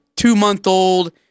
two-month-old